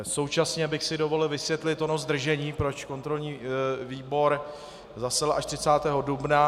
Současně bych si dovolil vysvětlit ono zdržení, proč kontrolní výbor zasedal až 30. dubna.